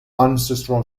ancestral